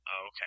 Okay